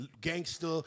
gangster